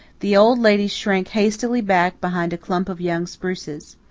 the old lady shrank hastily back behind a clump of young spruces.